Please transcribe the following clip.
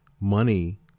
money